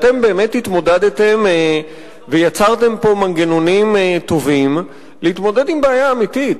אתם באמת התמודדתם ויצרתם פה מנגנונים טובים להתמודד עם בעיה אמיתית,